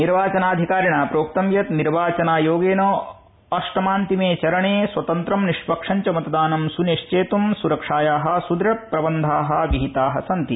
निर्वाचनाधिकारिणा प्रोक्तं यत् निर्वाचनायोगेन अष्टमान्तिमे चरणे स्वतंत्रं निष्पक्षञ्च मतदानं सुनिश्चेत्र सुरक्षाया सुदृढ प्रबन्धा विहिता सन्ति